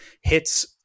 hits